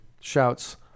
shouts